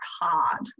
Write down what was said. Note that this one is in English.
hard